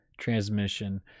transmission